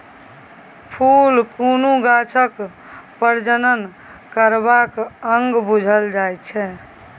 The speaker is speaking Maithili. फुल कुनु गाछक प्रजनन करबाक अंग बुझल जाइ छै